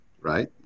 right